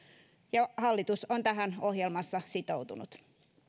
ja hallitus on tähän ohjelmassa sitoutunut